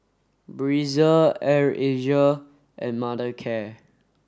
Breezer Air Asia and Mothercare